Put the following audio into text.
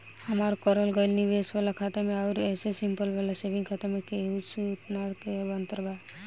हमार करल गएल निवेश वाला खाता मे आउर ऐसे सिंपल वाला सेविंग खाता मे केतना सूद के अंतर बा?